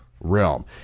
realm